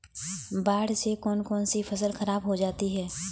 बाढ़ से कौन कौन सी फसल खराब हो जाती है?